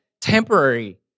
temporary